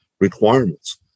requirements